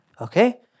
Okay